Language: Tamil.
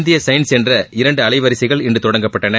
இந்திய சயின்ஸ் என்ற இரண்டு அலைவரிசைகள் இன்று தொடங்கப்பட்டன